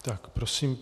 Tak, prosím.